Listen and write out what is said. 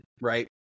right